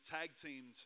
tag-teamed